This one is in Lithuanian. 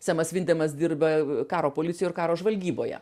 semas vindemas dirba karo policijoj ir karo žvalgyboje